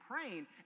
praying